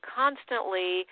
constantly